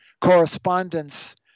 correspondence